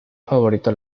favorito